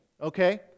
okay